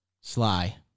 Sly